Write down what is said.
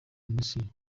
minisitiri